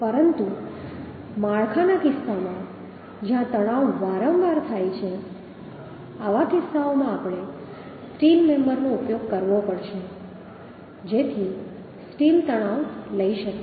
પરંતુ માળખાના કિસ્સામાં જ્યાં તણાવ વારંવાર થાય છે આવા કિસ્સાઓમાં આપણે સ્ટીલ મેમ્બરનો ઉપયોગ કરવો પડશે જેથી સ્ટીલ તણાવ લઈ શકે